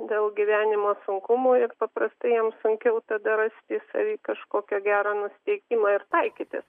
dėl gyvenimo sunkumų ir paprastai jiems sunkiau tada rasti savy kažkokią gerą nusiteikimą ir taikytis